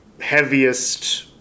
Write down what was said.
heaviest